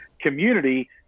community